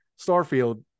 Starfield